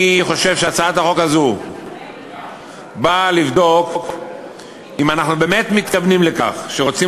אני חושב שהצעת החוק הזאת באה לבדוק אם אנחנו באמת מתכוונים לכך שרוצים